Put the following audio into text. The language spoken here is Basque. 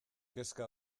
kezka